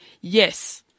yes